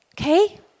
Okay